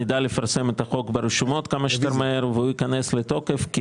נדע לפרסם את החוק ברשומות כמה שיותר מהר והוא ייכנס לתוקף כי